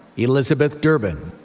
elizabeth durbin,